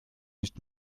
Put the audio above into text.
nicht